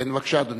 כן, בבקשה, אדוני.